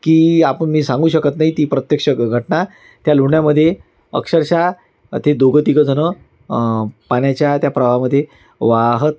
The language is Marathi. की आपण मी सांगू शकत नाही ती प्रत्यक्ष घटना त्या लोंढ्यामध्ये अक्षरशः ते दोघं तिघंजणं पाण्याच्या त्या प्रवाहामध्ये वाहत